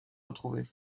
retrouvé